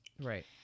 Right